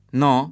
no